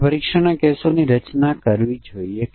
આપણે સ્પષ્ટીકરણમાં શું કરવું જોઈએ